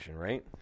right